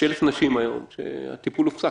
יש אלף נשים היום שהטיפול שלהן הופסק,